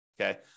Okay